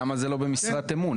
למה זה לא במשרת אמון,